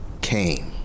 came